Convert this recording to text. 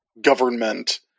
government